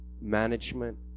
management